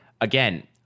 again